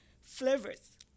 flavors